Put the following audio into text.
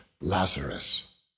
Lazarus